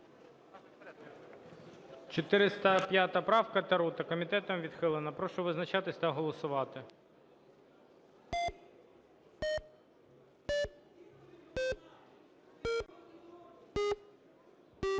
405 правка, Тарута. Комітетом відхилена. Прошу визначатися та голосувати.